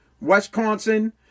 Wisconsin